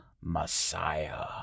Messiah